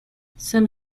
some